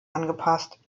angepasst